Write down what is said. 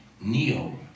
Neo